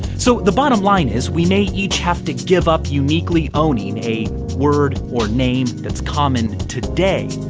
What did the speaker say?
so, the bottom line is we may each have to give up uniquely owning a word or name that's common today,